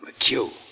McHugh